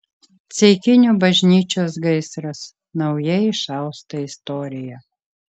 ceikinių bažnyčios gaisras naujai išausta istorija